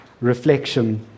reflection